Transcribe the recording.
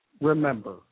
remember